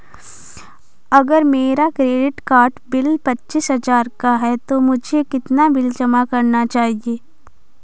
अगर मेरा credit card bill पच्चीस हजार का है तो मुझे कितना बिल जमा करना चाहिए?